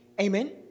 Amen